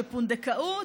שפונדקאות,